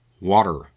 water